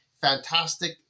Fantastic